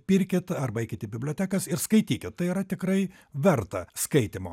pirkit arba eikit į bibliotekas ir skaitykit tai yra tikrai verta skaitymo